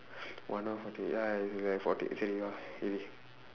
one hour forty eight ya it's like forty சரி வா இரு:sari vaa iru